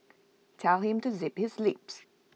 tell him to zip his lips